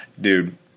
Dude